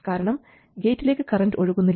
കാരണം ഗേറ്റിലേക്ക് കറൻറ് ഒഴുകുന്നില്ല